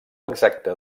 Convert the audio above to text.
exacta